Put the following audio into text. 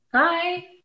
Hi